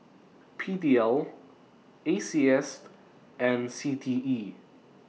P D L A C S and C T E